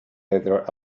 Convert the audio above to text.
leather